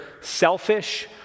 selfish